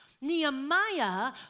Nehemiah